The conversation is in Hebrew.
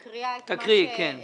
אני מקריאה את מה שניסחנו,